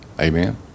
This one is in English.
Amen